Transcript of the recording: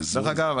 דרך אגב,